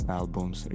albums